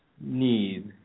need